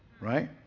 right